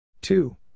Two